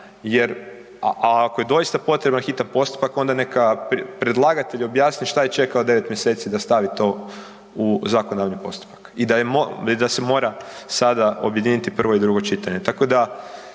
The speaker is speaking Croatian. jer, a ako je doista potreban hitan postupak onda neka predlagatelj objasni šta je čekao 9. mjeseci da stavi to u zakonodavni postupak i da je i da se mora sada objediniti prvo i drugo čitanje.